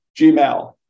Gmail